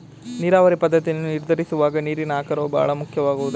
ನೀರಾವರಿ ಪದ್ದತಿಯನ್ನು ನಿರ್ಧರಿಸುವಾಗ ನೀರಿನ ಆಕಾರವು ಬಹಳ ಮುಖ್ಯವಾಗುವುದೇ?